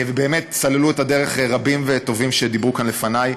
ובאמת סללו את הדרך רבים וטובים שדיברו כאן לפני.